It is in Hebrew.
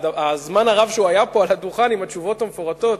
והזמן הרב שהוא היה פה על הדוכן עם התשובות המפורטות,